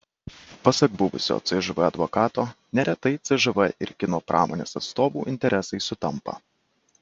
pasak buvusio cžv advokato neretai cžv ir kino pramonės atstovų interesai sutampa